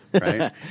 Right